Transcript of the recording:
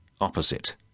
opposite